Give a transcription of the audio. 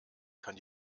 kann